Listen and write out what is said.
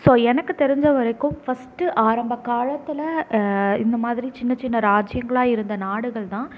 so எனக்கு தெரிஞ்சவரைக்கும் first ஆரம்பக்காலத்தில் இந்தமாதிரி சின்ன சின்ன ராஜ்ஜியங்களாக இருந்த நாடுகள்தான்